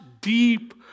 deep